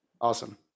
Awesome